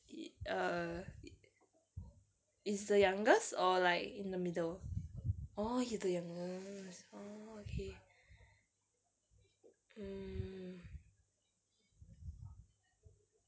err is the youngest or like in the middle oh he's the youngest oh okay mm